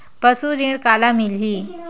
पशु ऋण काला मिलही?